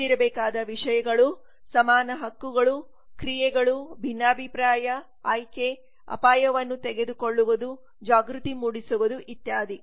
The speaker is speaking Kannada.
ಹೊಂದಿರಬೇಕಾದ ವಿಷಯಗಳು ಸಮಾನ ಹಕ್ಕುಗಳು ಕ್ರಿಯೆಗಳು ಭಿನ್ನಾಭಿಪ್ರಾಯ ಆಯ್ಕೆ ಅಪಾಯವನ್ನು ತೆಗೆದುಕೊಳ್ಳುವುದು ಜಾಗೃತಿ ಮೂಡಿಸುವುದು ಇತ್ಯಾದಿ